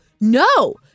no